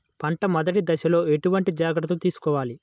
పంట మెదటి దశలో ఎటువంటి జాగ్రత్తలు తీసుకోవాలి?